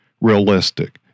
realistic